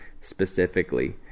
specifically